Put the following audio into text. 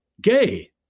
gay